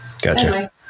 Gotcha